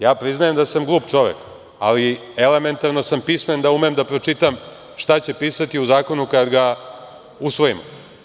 Ja priznajem da sam glup čovek, ali elementarno sam pismen da umem da pročitam šta će pisati u zakonu kad ga usvojimo.